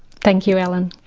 thank you, alan.